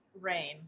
rain